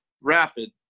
rapid